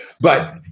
But-